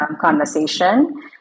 conversation